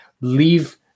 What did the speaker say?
leave